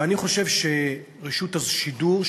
ואני חושב שרשות השידור,